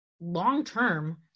long-term